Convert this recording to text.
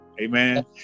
amen